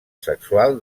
sexual